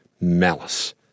malice